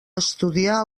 estudià